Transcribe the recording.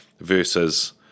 Versus